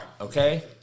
okay